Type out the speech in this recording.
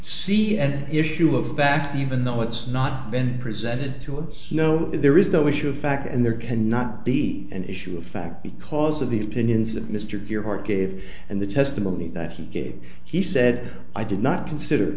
see an issue of fact even though it's not been presented to us no there is no issue of fact and there cannot be an issue of fact because of the opinions that mr gearhart gave and the testimony that he gave he said i did not consider